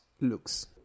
looks